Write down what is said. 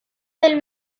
del